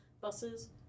buses